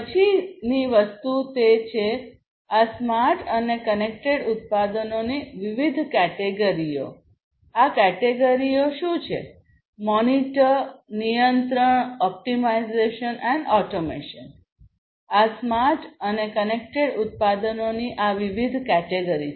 પછીની વસ્તુ તે છેઆ સ્માર્ટ અને કનેક્ટેડ ઉત્પાદનોની વિવિધ કેટેગરીઓ શું છેમોનિટર નિયંત્રણ ઓપ્ટિમાઇઝેશન અને ઓટોમેશનઆ સ્માર્ટ અને કનેક્ટેડ ઉત્પાદનોની આ વિવિધ કેટેગરી છે